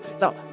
Now